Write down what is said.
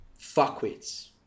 fuckwits